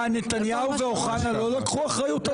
מה, נתניהו ואוחנה לא לקחו אחריות על מירון?